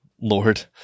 Lord